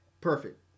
perfect